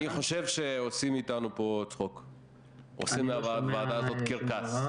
עושים מהוועדה הזאת קרקס.